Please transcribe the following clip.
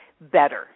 better